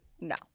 no